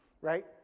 right